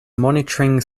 monitoring